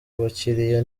bakiriya